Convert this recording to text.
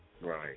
Right